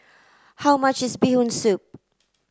how much is bee Hoon soup